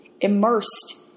immersed